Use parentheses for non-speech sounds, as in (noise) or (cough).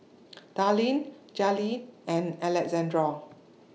(noise) Darline Jaleel and Alexandro